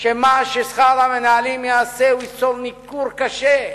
שמה ששכר המנהלים יעשה, הוא ייצור ניכור קשה,